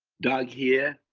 doug here,